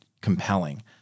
compelling